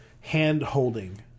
hand-holding